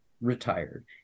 retired